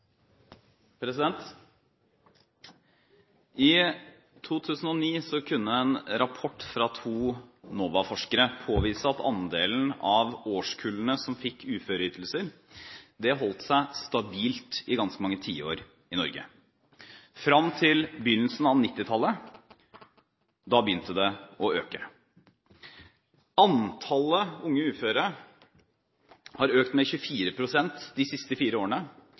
Ørnlo I 2009 kunne en rapport fra to NOVA-forskere påvise at andelen av årskullene som fikk uføreytelser, holdt seg stabilt i ganske mange tiår i Norge frem til begynnelsen av 1990-tallet. Da begynte det å øke. Antallet unge uføre har økt med 24 pst. de siste fire årene